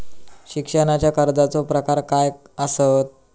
शिक्षणाच्या कर्जाचो प्रकार काय आसत?